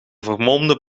vermolmde